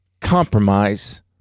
compromise